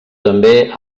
també